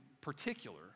particular